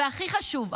והכי חשוב,